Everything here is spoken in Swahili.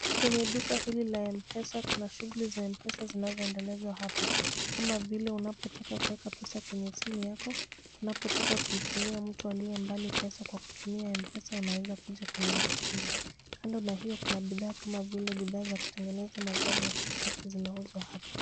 Kwenye duka hili la Mpesa kuna shughuli za Mpesa zinazoendelezwa hapa, kama vile unapotaka kuweka pesa kwenye simu yako, unapotaka kumtumia mtu aliye mbali pesa kwa kutumia Mpesa unaweza kuja kwenye duka hili, kando na hiyo kuna bidhaa kama vile bidhaa za kutengeneza magari na pikipiki zinauzwa hapa.